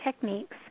techniques